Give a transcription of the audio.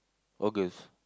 August